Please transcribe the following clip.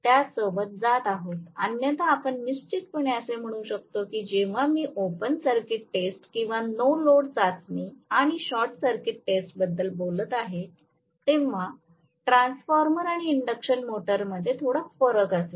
त्यासोबत जात आहोत अन्यथा आपण निश्चितपणे असे म्हणू शकतो की जेव्हा मी ओपन सर्किट टेस्ट किंवा नो लोड चाचणी आणि शॉर्ट सर्किट टेस्टबद्दल बोलत आहे तेव्हा ट्रान्सफॉर्मर आणि इंडक्शन मोटरमध्ये थोडा फरक असेल